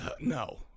No